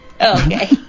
Okay